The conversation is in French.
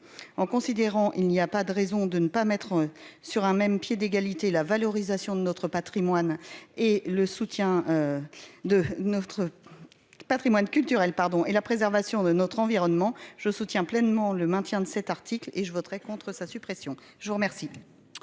en considérant, il n'y a pas de raison de ne pas mettre sur un même pied d'égalité, la valorisation de notre Patrimoine et le soutien de notre Patrimoine culturel, pardon et la préservation de notre environnement, je soutiens pleinement le maintien de cet article et je voterai contre sa suppression, je vous remercie.